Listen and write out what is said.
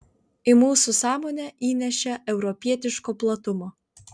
į mūsų sąmonę įnešė europietiško platumo